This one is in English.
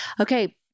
Okay